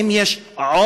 ואם יש עודף,